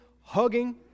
hugging